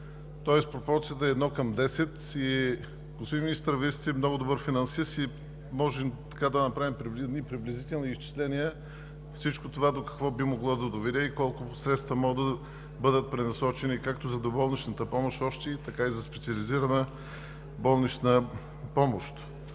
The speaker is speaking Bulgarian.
тоест пропорцията е едно към десет. Господин Министър, Вие сте много добър финансист и можем да направим едни приблизителни изчисления всичко това до какво би могло да доведе и колко още средства могат да бъдат пренасочени както за доболничната помощ, така и за специализираната болнична помощ.